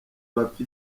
bapfa